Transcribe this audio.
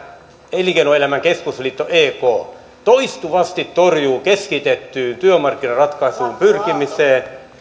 elinkeinoelämän keskusliitto ek toistuvasti torjuu keskitettyyn työmarkkinaratkaisuun pyrkimisen